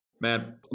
man